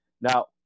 Now